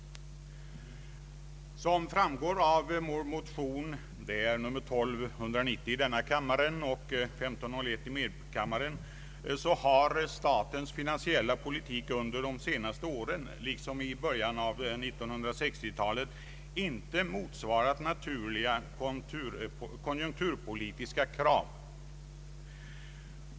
Såsom framgår av vårt motionspar I: 1290 och II:1501 har statens finansiella politik under de senaste åren, liksom i början av 1960-talet, inte motsvarat naturliga konjunkturpolitiska krav.